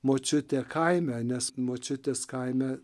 močiutė kaime nes močiutės kaime